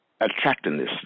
attractiveness